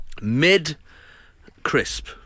Mid-crisp